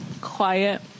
quiet